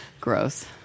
gross